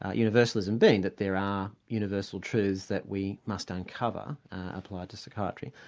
ah universalism being that there are universal truths that we must uncover, applied to psychiatry,